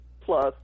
plus